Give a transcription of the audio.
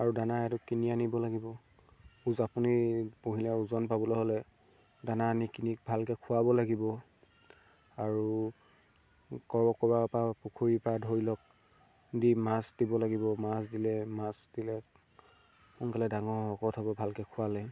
আৰু দানা সেইটো কিনি আনিব লাগিব পহিলা ওজন পাবলৈ হ'লে দানা আনি কিনি ভালকৈ খোৱাব লাগিব আৰু ক'ৰবাৰপৰা পুখুৰীৰপৰা ধৰি লওক দি মাছ দিব লাগিব মাছ দিলে মাছ দিলে সোনকালে ডাঙৰ শকত হ'ব ভালকৈ খোৱালৈ